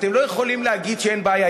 אתם לא יכולים להגיד שאין בעיה.